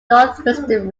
northwestern